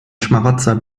schmarotzer